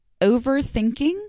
overthinking